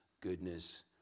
goodness